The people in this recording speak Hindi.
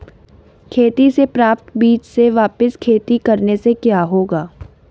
खेती से प्राप्त बीज से वापिस खेती करने से क्या होगा?